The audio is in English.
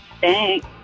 Thanks